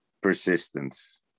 persistence